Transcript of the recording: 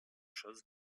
chose